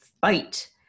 fight